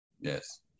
Yes